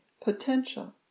potential